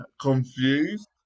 confused